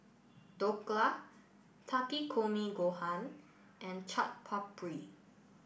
Dhokla Takikomi Gohan and Chaat Papri